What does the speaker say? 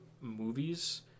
movies